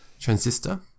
transistor